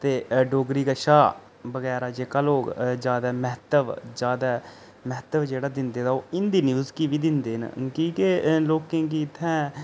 ते डोगरी कशा बगैरा जेहका लोक ज्यादा म्हत्तब ज्यादा म्हत्तब जेह्ड़ा दिंदे ओह् हिंदी न्यूज गी बी दिंदे न की के लोकें गी इत्थैं